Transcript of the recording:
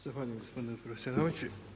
Zahvaljujem gospodine predsjedavajući.